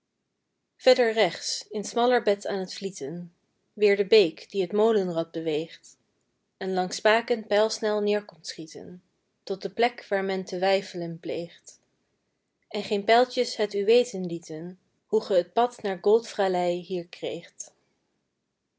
verder rechts in smaller bed aan t vlieten weer de beek die t molenrad beweegt en langs spaken pijlsnel neer komt schieten tot de plek waar men te weifelen pleegt en geen pijltjes het u weten lieten hoe ge t pad naar goldfralei hier kreegt